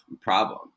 problem